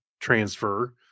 transfer